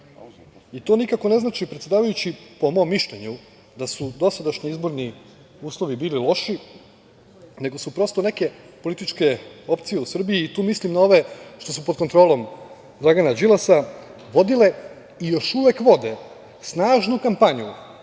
To nikako ne znači, predsedavajući, po mom mišljenju da su dosadašnji izborni uslovi bili loši, nego su prosto neke političke opcije u Srbiji, tu mislim na ove koje su pod kontrolom Dragana Đilasa, vodile i još uvek vode snažnu kampanju